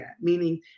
Meaning